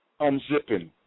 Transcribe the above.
unzipping